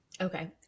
Okay